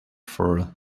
for